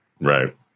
Right